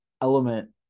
element